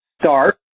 Start